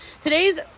Today's